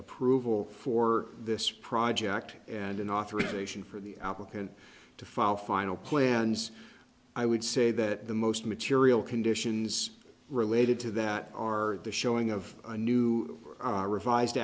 approval for this project and an authorization for the applicant to file final plans i would say that the most material conditions related to that are the showing of a new revised